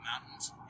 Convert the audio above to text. mountains